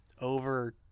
Over